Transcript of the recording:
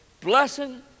Blessing